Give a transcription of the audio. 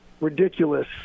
ridiculous